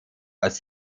als